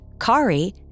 Kari